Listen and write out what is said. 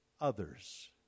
Others